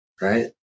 Right